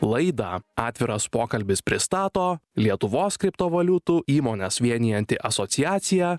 laidą atviras pokalbis pristato lietuvos kriptovaliutų įmones vienijanti asociacija